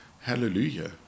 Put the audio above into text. Hallelujah